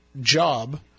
job